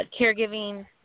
caregiving